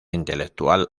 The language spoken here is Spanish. intelectual